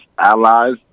allies